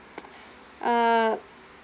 uh